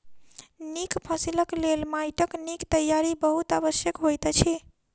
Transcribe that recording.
नीक फसिलक लेल माइटक नीक तैयारी बहुत आवश्यक होइत अछि